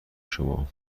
شما